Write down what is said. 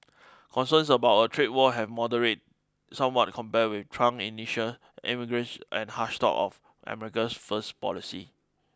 concerns about a trade war have moderated somewhat compared with Trump's initial emergence and harsh talk of America first policy